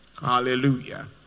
Hallelujah